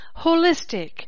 holistic